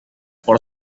for